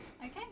Okay